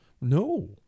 No